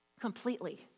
completely